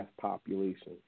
population